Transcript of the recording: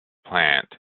plant